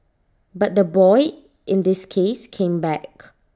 but the boy in this case came back